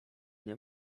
nie